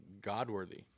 god-worthy